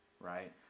right